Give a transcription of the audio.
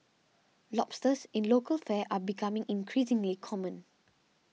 lobsters in local fare are becoming increasingly common